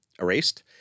erased